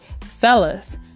fellas